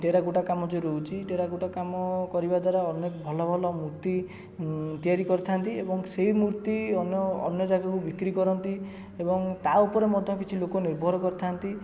terracotta କାମ ଯେଉଁ ରହୁଛି ଟେରାକୋଟା କାମ କରିବା ଦ୍ୱାରା ଅନେକ ଭଲ ଭଲ ମୂର୍ତ୍ତି ତିଆରି କରିଥାନ୍ତି ଏବଂ ସେଇ ମୂର୍ତ୍ତି ଅନ୍ୟ ଅନ୍ୟ ଜାଗାକୁ ବିକ୍ରି କରନ୍ତି ଏବଂ ତା ଉପରେ ମଧ୍ୟ କିଛି ଲୋକ ନିର୍ଭର କରିଥାନ୍ତି